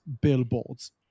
billboards